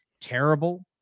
terrible